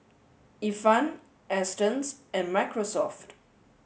Ifan Astons and Microsoft